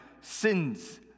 sins